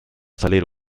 salire